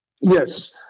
Yes